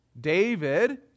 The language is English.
David